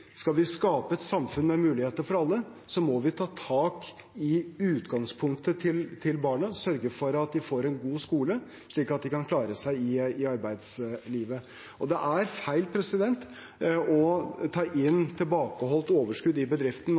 Skal vi skape et samfunn med muligheter for alle, må vi ta tak i utgangspunktet til barna og sørge for at de får en god skole, slik at de kan klare seg i arbeidslivet. Det er feil å ta inn tilbakeholdt overskudd i